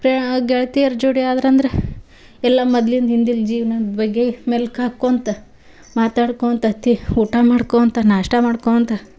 pray ಗೆಳ್ತಿಯರ ಜೋಡಿ ಆದ್ರಂದ್ರೆ ಎಲ್ಲ ಮದ್ಲಿಂದು ಹಿಂದಿನ್ ಜೀವ್ನದ ಬಗ್ಗೆ ಮೆಲ್ಕು ಹಾಕ್ಕೊತ ಮಾತಾಡ್ಕೋತ ತಿ ಊಟ ಮಾಡ್ಕೋತ ನಾಷ್ಟ ಮಾಡ್ಕೋತ